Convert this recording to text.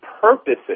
purposes